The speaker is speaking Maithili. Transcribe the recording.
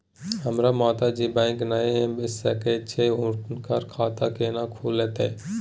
हमर माता जी बैंक नय ऐब सकै छै हुनकर खाता केना खूलतै?